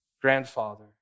grandfather